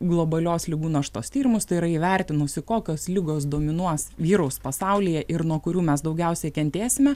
globalios ligų naštos tyrimus tai yra įvertinusi kokios ligos dominuos vyraus pasaulyje ir nuo kurių mes daugiausiai kentėsime